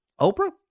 Oprah